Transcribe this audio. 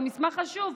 שהוא מסמך חשוב.